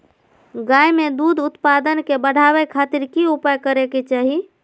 गाय में दूध उत्पादन के बढ़ावे खातिर की उपाय करें कि चाही?